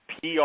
PR